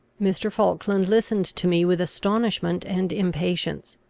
mr. falkland listened to me with astonishment and impatience.